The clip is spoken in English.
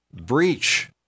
breach